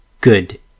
Good